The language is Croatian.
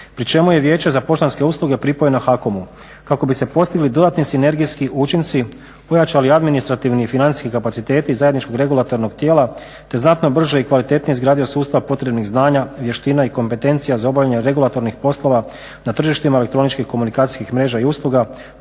pri čemu je Vijeće za poštanske usluge pripojeno HAKOM-u kako bi se postigli dodatni sinergijski učinci, ojačali administrativni i financijski kapaciteti zajedničkog regulatornog tijela te znatno brže i kvalitetnije izgradio sustav potrebnih znanja, vještina i kompetencija za obavljanje regulatornih poslova na tržištima elektroničkih komunikacijskih mreža i usluga